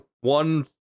one